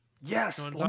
Yes